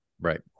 Right